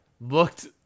looked